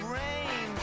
rain